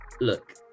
look